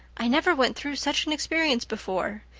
i never went through such an experience before.